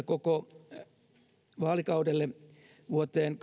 koko vaalikaudelle vuoteen